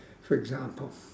for example